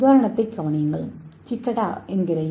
உதாரணத்தைக் கவனியுங்கள் சிக்காடா பறக்க